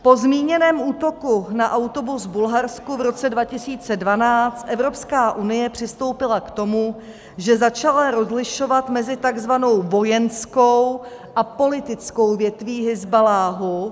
Po zmíněném útoku na autobus v Bulharsku v roce 2012 Evropská unie přistoupila k tomu, že začala rozlišovat mezi takzvanou vojenskou a politickou větví Hizballáhu.